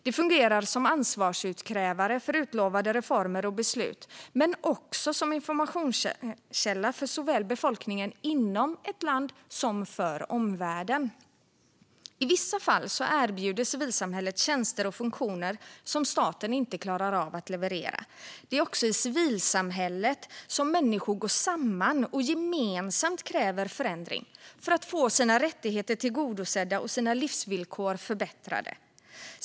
Det fungerar som ansvarsutkrävare för utlovade reformer och beslut men också som informationskälla såväl för befolkningen inom ett land som för omvärlden. I vissa fall erbjuder civilsamhället tjänster och funktioner som staten inte klarar av att leverera. Det är också i civilsamhället som människor går samman och gemensamt kräver förändring för att få sina rättigheter tillgodosedda och sina livsvillkor förbättrade.